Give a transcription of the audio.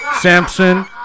Samson